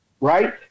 Right